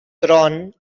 tron